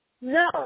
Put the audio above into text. No